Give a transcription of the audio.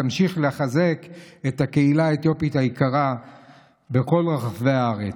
תמשיך לחזק את הקהילה האתיופית היקרה בכל רחבי הארץ.